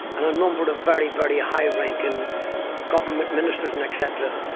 and a number of very, very high ranking government ministers and etc,